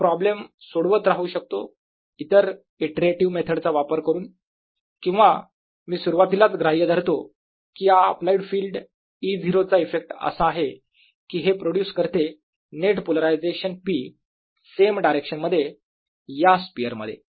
मी हा प्रॉब्लेम सोडवत राहू शकतो इतर इटरेटीव्ह मेथड चा वापर करून किंवा मी सुरुवातीलाच ग्राह्य धरतो की या अप्लाइड फिल्ड E0 चा इफेक्ट असा आहे की हे प्रोड्युस करते net polarisation P same direction मध्ये या स्पियर मध्ये